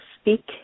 speak